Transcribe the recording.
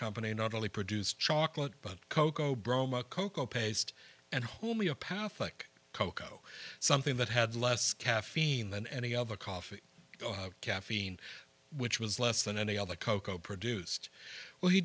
company not only produced chocolate but cocoa bromo cocoa paste and homeopathic cocoa something that had less caffeine than any other coffee caffeine which was less than any other cocoa produced well he